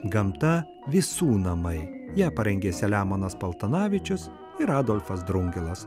gamta visų namai ją parengė selemonas paltanavičius ir adolfas drungilas